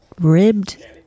ribbed